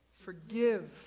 Forgive